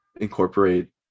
incorporate